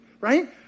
Right